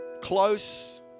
close